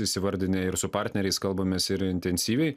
įsivardinę ir su partneriais kalbamės ir intensyviai